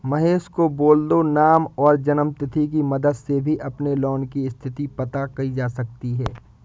महेश को बोल दो नाम और जन्म तिथि की मदद से भी अपने लोन की स्थति पता की जा सकती है